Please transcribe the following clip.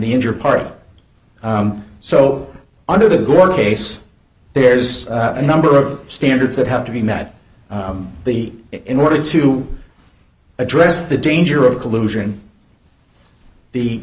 the injured party so under the gore case there's a number of standards that have to be met the in order to address the danger of collusion the